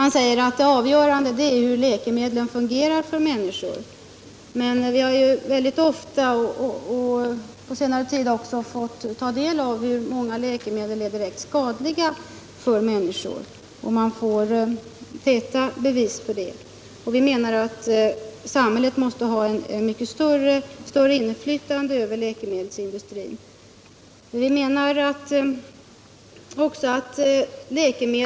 Han säger att det avgörande är hur läkemedlen inverkar på människor. Vi har på senare tid mycket ofta fått ta del av hur många läkemedel som är direkt skadliga för människor. På detta får man täta bevis. Vi anser därför att samhället borde ha ett mycket större inflytande över läkemedelsindustrin.